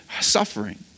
suffering